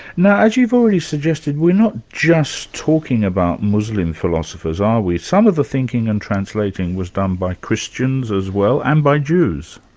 now as you've already suggested, we're not just talking about muslim philosophers, are we? some of the thinking and translating was done by christians as well, and by jews.